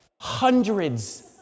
hundreds